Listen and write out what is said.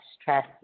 stress